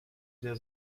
der